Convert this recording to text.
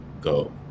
go